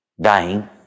dying